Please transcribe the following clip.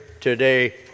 today